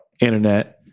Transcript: internet